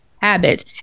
habits